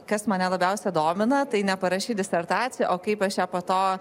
kas mane labiausia domina tai neparašyt disertaciją o kaip aš ją po to